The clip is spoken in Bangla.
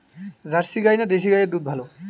জার্সি গাই না দেশী গাইয়ের দুধ ভালো?